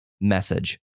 message